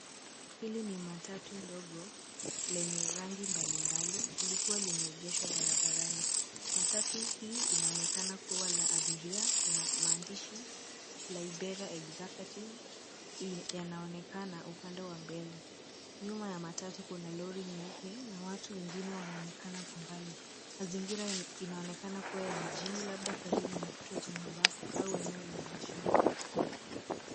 Hili ni matatu ndogo lenye rangi mbalimbali likiwa limeegeshwa barabarani. Matatu hii inaonekana kuwa la abiria na maandishi Liberia Executive yanaonekana upande wa mbele. Nyuma ya matatu kuna lori nyeupe na watu wengine wanaonekana kwa mbali. Mazingira inaonekana kuwa ya mijini labda karibu na kituo cha mabasi au eneo la biashara.